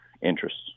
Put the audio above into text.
interests